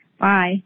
Bye